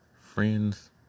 friends